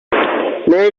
mary